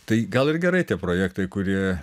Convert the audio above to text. tai gal ir gerai tie projektai kurie